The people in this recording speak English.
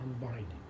unbinding